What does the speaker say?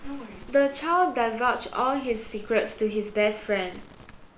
the child divulged all his secrets to his best friend